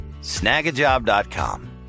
snagajob.com